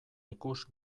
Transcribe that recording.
ikus